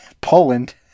poland